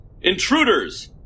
Intruders